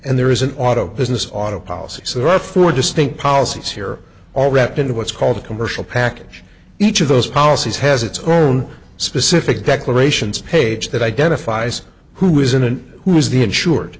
and there is an auto business auto policy so there are four distinct policies here all wrapped into what's called a commercial package each of those policies has its own specific declarations page that identifies who is in and who is the insured